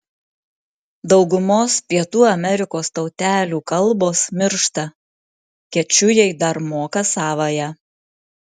daugumos pietų amerikos tautelių kalbos miršta kečujai dar moka savąją